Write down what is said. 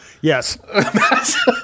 Yes